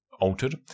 altered